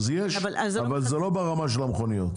אבל זה לא ברמה של המכוניות.